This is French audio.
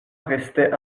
restait